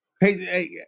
Hey